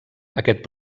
aquest